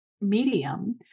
medium